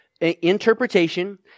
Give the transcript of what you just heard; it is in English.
interpretation